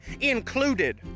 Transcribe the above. included